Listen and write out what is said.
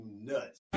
nuts